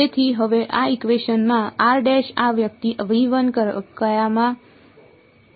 તેથી હવે આ ઇકવેશન માં આ વ્યક્તિ કયામાં રહેવા માટે અચળ છે